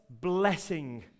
blessing